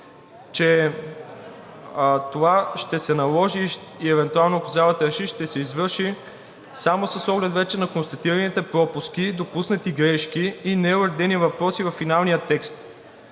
че това ще се наложи и евентуално, ако залата реши, ще се извърши само с оглед вече на констатираните пропуски, допуснати грешки и неуредени въпроси във финалния текст,